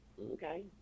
Okay